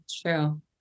true